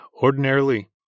Ordinarily